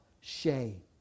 shame